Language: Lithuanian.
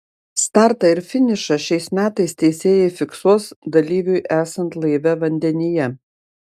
startą ir finišą šiais metais teisėjai fiksuos dalyviui esant laive vandenyje